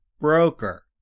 broker